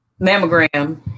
mammogram